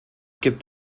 gibt